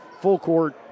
full-court